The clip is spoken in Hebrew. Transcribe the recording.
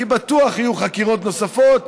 כי בטוח יהיו חקירות נוספות,